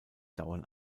dauern